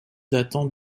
datant